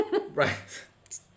right